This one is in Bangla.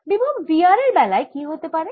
বিভব v r এর বেলায় কি হতে পারে